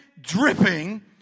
dripping